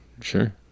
Sure